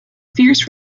fierce